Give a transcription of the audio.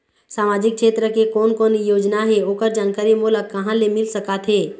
सामाजिक क्षेत्र के कोन कोन योजना हे ओकर जानकारी मोला कहा ले मिल सका थे?